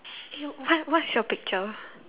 what what's your picture